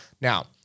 Now